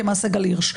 כמעשה גל הירש.